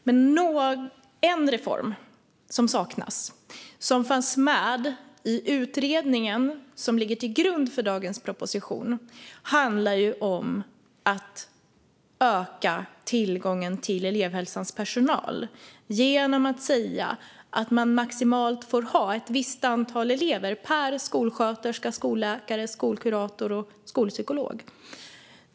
Men en reform som saknas och som fanns med i utredningen som ligger till grund för dagens proposition handlar om att öka tillgången till elevhälsans personal genom att säga att man maximalt får ha ett visst antal elever per skolsköterska, skolläkare, skolkurator och skolpsykolog.